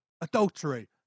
adultery